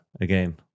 again